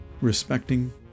respecting